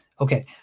Okay